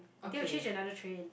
then you change another train